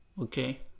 Okay